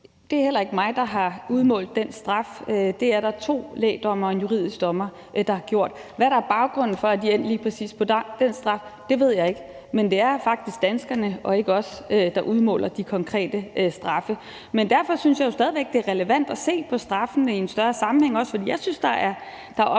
Det er heller ikke mig, der har udmålt den straf. Det er der to lægdommere og en juridisk dommer der har gjort. Hvad der er baggrunden for, at de er endt lige præcis på den straf, ved jeg ikke. Men det er faktisk danskerne og ikke os, der udmåler de konkrete straffe. Derfor synes jeg jo stadig væk, det også er relevant at se på straffene i en større sammenhæng.